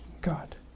God